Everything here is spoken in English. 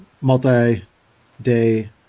multi-day